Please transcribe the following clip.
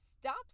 Stop